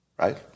right